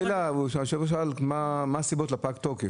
היושב ראש שאל מה הסיבות לפג תוקף.